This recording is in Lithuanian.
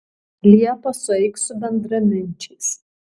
liepą sueik su bendraminčiais